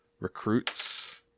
recruits